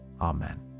amen